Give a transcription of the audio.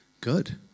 Good